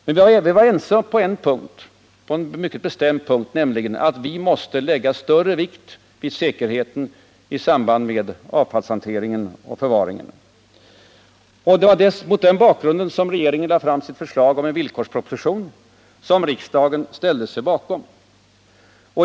Men vi var ense på en mycket bestämd punkt, nämligen att vi måste lägga större vikt vid säkerheten i samband med avfallshanteringen och förvaringen. Det var mot den bakgrunden som regeringen lade fram sitt förslag om en villkorslag, vilken riksdagen ställde sig bakom.